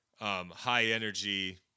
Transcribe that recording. high-energy